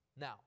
Now